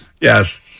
Yes